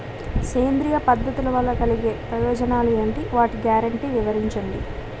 సేంద్రీయ పద్ధతుల వలన కలిగే ప్రయోజనాలు ఎంటి? వాటి గ్యారంటీ వివరించండి?